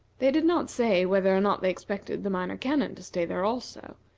they did not say whether or not they expected the minor canon to stay there also,